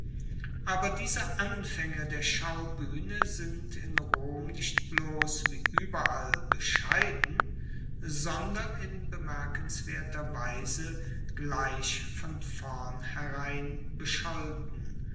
aber diese anfaenge der schaubuehne sind in rom nicht bloss wie ueberall bescheiden sondern in bemerkenswerter weise gleich von vornherein bescholten